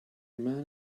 man